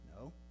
No